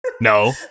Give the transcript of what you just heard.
No